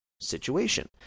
situation